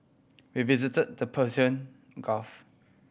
we visited the Persian Gulf